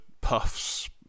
puffs